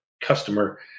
customer